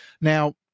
Now